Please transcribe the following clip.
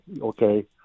okay